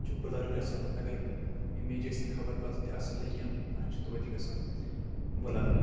اتھ چھُ بٔلر گژھان اگر اِمیج آسِن خبر کۭژہ تہِ اصل لیکن اتھ چھُ تویتہِ گژھان بٔلر